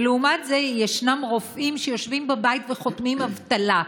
ולעומת זה ישנם רופאים שיושבים בבית וחותמים אבטלה.